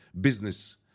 business